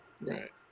Right